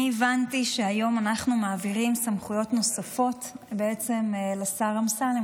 אני הבנתי שהיום אנחנו מעבירים סמכויות נוספות לשר אמסלם,